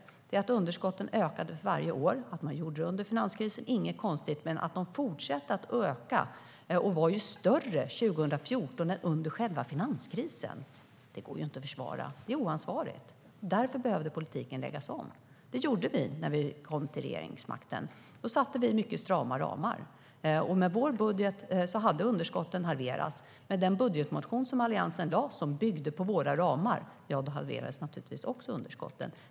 Underskotten fortsatte att öka varje år, och det är inte konstigt att de gjorde det under finanskrisen. Men att de fortsatte att öka och blev större 2014 än under själva finanskrisen går inte att försvara. Det är oansvarigt. Därför behövde politiken läggas om, och det gjorde vi när vi fick regeringsmakten. Då satte vi upp väldigt strama ramar. Med vår budget halverades underskotten, och eftersom den budgetmotion som Alliansen lade fram byggde på våra ramar så halverades också underskotten.